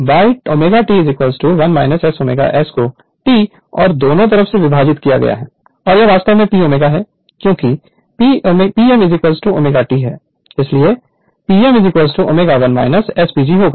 तो by ω T 1 S ω S को T और दोनों तरफ से विभाजित किया गया है और यह वास्तव में Pm है क्योंकि Pm ω T So और Pm ω 1 S PG होगा